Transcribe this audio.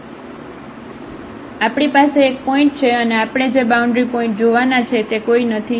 તેથી આપણી પાસે એક પોઇન્ટ છે અને આપણે જે બાઉન્ડ્રી પોઇન્ટ જોવાના છે તે કોઈ નથી